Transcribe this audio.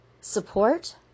support